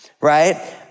right